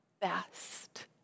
best